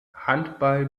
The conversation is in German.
handball